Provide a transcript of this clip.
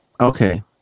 Okay